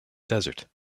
desert